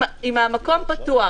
אם המקום פתוח,